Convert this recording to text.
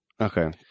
Okay